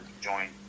join